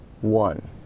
One